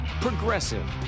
Progressive